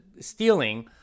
stealing